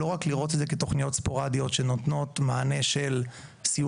לא רק לראות את זה כתוכניות ספורדיות שנותנות מענה של סיוע